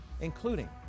including